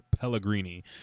Pellegrini